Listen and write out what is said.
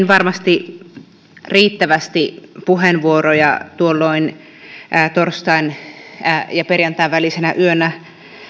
varmasti riittävästi puheenvuoroja tuolloin torstain ja perjantain välisenä yönä